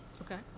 Okay